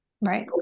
Right